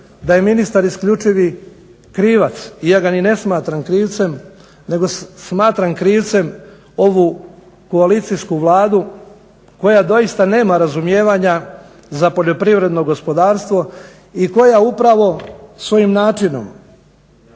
da je ministar isključivi krivac. Ja ga ni ne smatram krivcem nego smatram krivcem ovu koalicijsku Vladu koja doista nema razumijevanja za poljoprivredno gospodarstvo i koja upravo svojim načinom